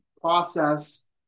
process